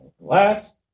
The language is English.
Last